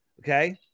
okay